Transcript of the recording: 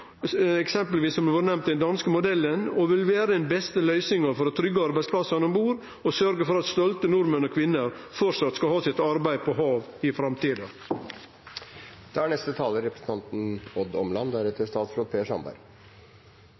eksempelvis, som det har vore nemnt, den danske modellen – og vil vere den beste løysinga for å tryggje arbeidsplassane om bord og sørgje for at stolte nordmenn og -kvinner framleis skal ha sitt arbeid på havet i framtida.